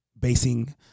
basing